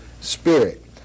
spirit